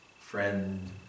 friend